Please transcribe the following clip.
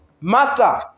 Master